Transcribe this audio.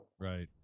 Right